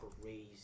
crazy